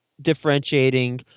differentiating